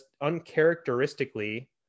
uncharacteristically